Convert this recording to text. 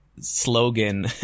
slogan